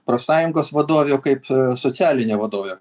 profsąjungos vadovė o kaip socialinė vadovė